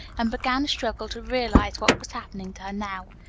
and began a struggle to realize what was happening to her now.